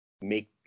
make